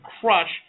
crush